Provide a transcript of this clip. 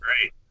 great